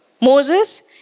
Moses